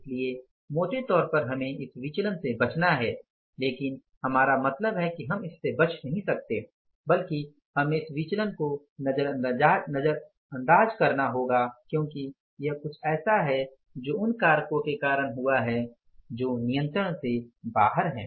इसलिए मोटे तौर पर हमें इस विचलन से बचना है लेकिन हमारा मतलब है कि हम इससे नही बच सकते बल्कि हमें इस विचलन को नजरअंदाज करना होगा क्योंकि यह कुछ ऐसा है जो उन कारकों के कारण हुआ है जो नियंत्रण से बाहर हैं